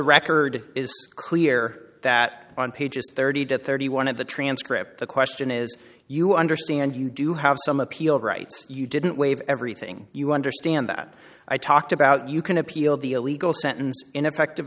record is clear that on pages thirty to thirty one of the transcript the question is you understand you do have some appeal rights you didn't wave everything you understand that i talked about you can appeal the illegal sentence ineffective